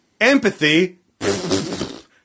Empathy